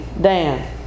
Dan